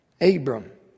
Abram